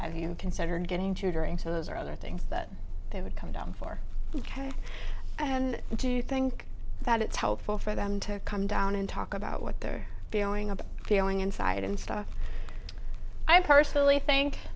you considered getting tutoring to those are other things that they would come down for ok and do you think that it's helpful for them to come down and talk about what they're feeling a feeling inside and stuff i personally think